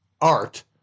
art